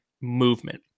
movement